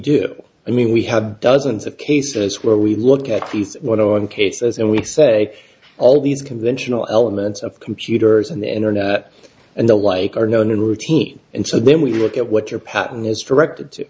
do i mean we have dozens of cases where we look at least one case as in we say all these conventional elements of computers and the internet and the like are known in routine and so then we look at what your patent as directed